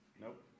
Nope